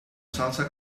salsa